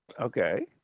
Okay